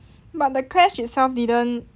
but the clash itself didn't